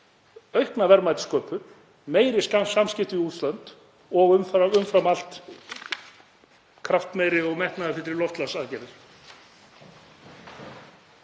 aukna verðmætasköpun, meiri samskipti við útlönd og umfram allt kraftmeiri og metnaðarfyllri loftslagsaðgerðir.